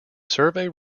survey